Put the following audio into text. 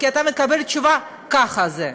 כי אתה מקבל את התשובה: ככה זה.